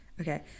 Okay